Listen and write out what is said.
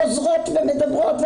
חוזרות ומדברות,